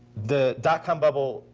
the dot-com bubble,